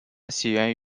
起源